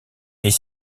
est